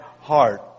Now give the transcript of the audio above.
heart